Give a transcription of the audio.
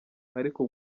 ariko